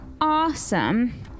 Awesome